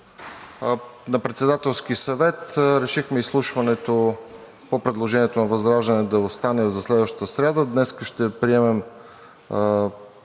На Председателския съвет решихме изслушването по предложението на ВЪЗРАЖДАНЕ да остане за следващата сряда. Днес ще приемем